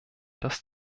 das